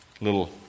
little